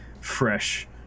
fresh